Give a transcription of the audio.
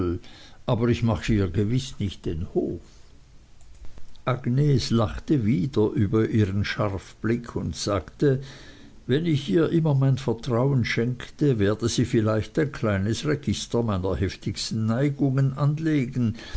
aber ich mache ihr gewiß nicht den hof agnes lachte wieder über ihren scharfblick und sagte wenn ich ihr immer mein vertrauen schenke werde sie vielleicht ein kleines register meiner heftigsten neigungen anlegen